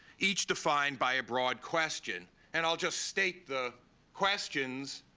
each defined by a broad question. and i'll just state the questions,